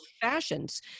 fashions